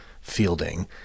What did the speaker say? fielding